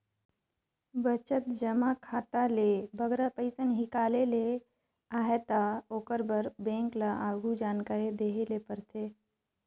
बचत जमा खाता ले बगरा पइसा हिंकाले ले अहे ता ओकर बर बेंक ल आघु जानकारी देहे ले परथे